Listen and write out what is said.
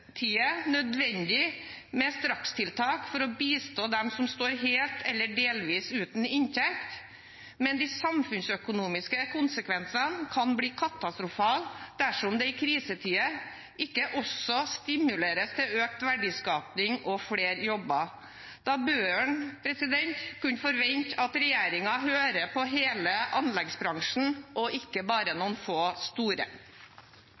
nødvendig med strakstiltak for å bistå dem som står helt eller delvis uten inntekt, men de samfunnsøkonomiske konsekvensene kan bli katastrofale dersom det i krisetider ikke også stimuleres til økt verdiskaping og flere jobber. Da bør en kunne forvente at regjeringen hører på hele anleggsbransjen og ikke bare på noen få store.